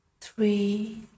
three